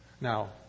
Now